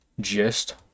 gist